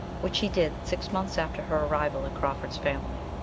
which he did six months after her arrival in crawford's family.